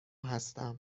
هستم